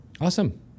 Awesome